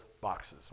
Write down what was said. boxes